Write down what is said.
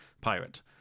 pirate